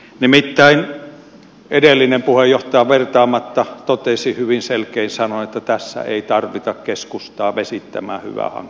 nimittäin edellinen puheenjohtaja vertaamatta totesi hyvin selkein sanoin että tässä ei tarvita keskustaa vesittämään hyvää hanketta